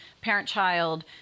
parent-child